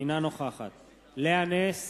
אינה נוכחת לאה נס,